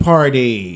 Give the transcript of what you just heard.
Party